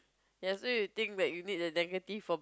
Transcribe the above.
ya so you think that you need the negative for